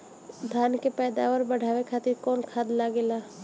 धान के पैदावार बढ़ावे खातिर कौन खाद लागेला?